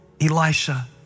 Elisha